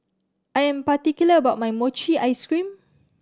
I am particular about my mochi ice cream